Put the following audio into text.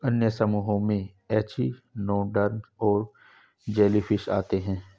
अन्य समूहों में एचिनोडर्म्स और जेलीफ़िश आते है